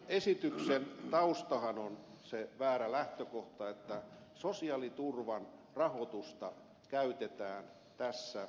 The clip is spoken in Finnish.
esityksen taustahan on se väärä lähtökohta että sosiaaliturvan rahoitusta käytetään tässä osana